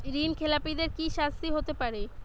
ঋণ খেলাপিদের কি শাস্তি হতে পারে?